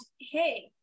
hey